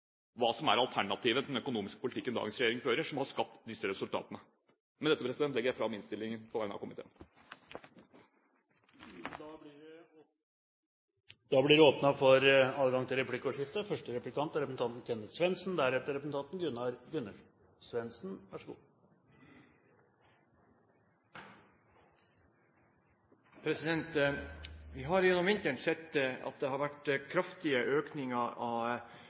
hva som er alternativet til den økonomiske politikken som dagens regjering fører, og som har skapt disse resultatene. Med dette legger jeg fram innstillingen på vegne av komiteen. Det blir åpnet for replikkordskifte. Vi har gjennom vinteren sett at det har vært kraftige økninger i bensinavgift og strømavgift, og vi har fått kraftig økning av prisene på disse produktene. Vi har også sett at vi har fått kraftige økninger